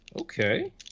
Okay